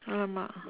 !alamak!